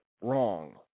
wrong